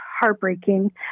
heartbreaking